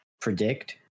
predict